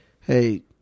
hey